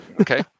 Okay